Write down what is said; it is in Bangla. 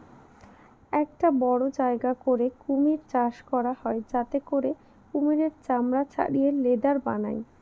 একটা বড়ো জায়গা করে কুমির চাষ করা হয় যাতে করে কুমিরের চামড়া ছাড়িয়ে লেদার বানায়